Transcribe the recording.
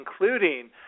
including